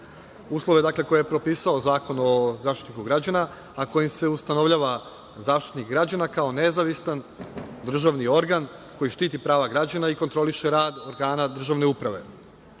Uslove koje je propisao Zakon o Zaštitniku građana, a kojim se ustanovljava Zaštitnik građana kao nezavistan državni organ koji štiti prava građana i kontroliše rad organa državne uprave,